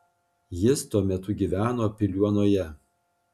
jis tuo metu gyveno piliuonoje